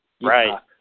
Right